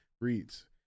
reads